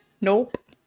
Nope